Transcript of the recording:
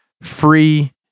free